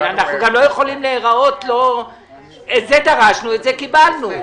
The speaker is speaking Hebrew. את זה דרשנו את זה קיבלנו.